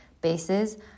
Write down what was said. bases